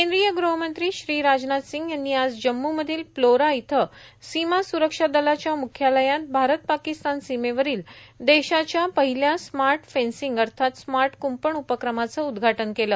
केंद्रीय गृहमंत्री श्री राजनाथ सिंग यांनी आज जम्मूमधील प्लोरा इथं सीमा स्त्रक्षा दलाच्या मुख्यालयात भारत पाकिस्तान सीमेवरील देशाच्या पहिल्या स्मार्ट फेब्सिंग अर्थात स्मार्ट कुंपण उपक्रमाचं उद्घाटन केलं